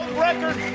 record.